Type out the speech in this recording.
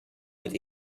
with